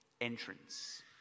entrance